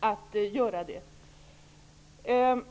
bara kasta ur sig sådana uttryck.